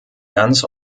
ganz